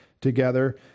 together